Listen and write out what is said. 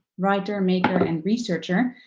writer, maker, and researcher.